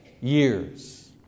years